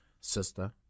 sister